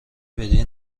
بدی